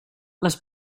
les